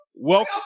Welcome